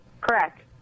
Correct